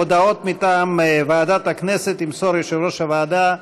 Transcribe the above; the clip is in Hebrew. הודעות מטעם ועדת הכנסת ימסור יושב-ראש הוועדה,